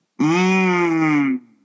Mmm